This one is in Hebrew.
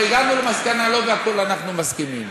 כבר הגענו למסקנה שלא בכול אנחנו מסכימים.